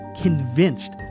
convinced